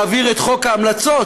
להעביר את חוק ההמלצות,